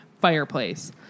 fireplace